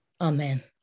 amen